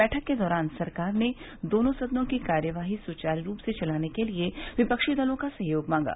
बैठक के दौरान सरकार ने दोनों सदनों की कार्यवाई सुचारू रूप से चलाने के लिए विफ्री दलों का सहयोग मांगा